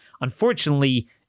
unfortunately